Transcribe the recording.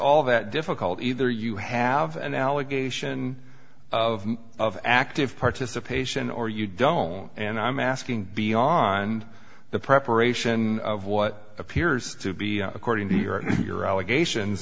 all that difficult either you have an allegation of active participation or you don't and i'm asking beyond the preparation of what appears to be according to your your allegations